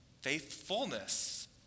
faithfulness